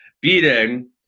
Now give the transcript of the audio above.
Beating